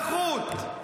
-- ויש עם נחות.